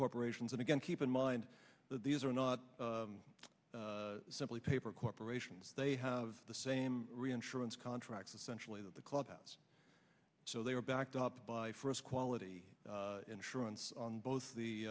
corporations and again keep in mind that these are not simply paper corporations they have the same reinsurance contracts essentially that the clubs so they are backed up by first quality insurance on both the